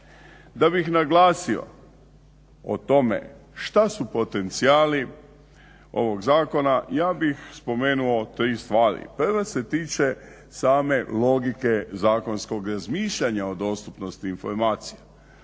Da bih naglasio o tome šta su potencijali ovog zakona ja bih spomenuo tri stvari. Prva se tiče same logike zakonskog razmišljanja o dostupnosti informacijama,